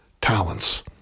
talents